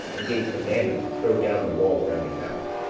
and gave commandment to throw down the wall round about.